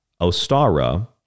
Ostara